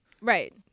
Right